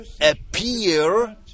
appear